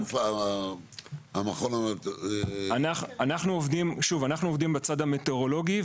אנחנו עובדים בצד המטאורולוגי,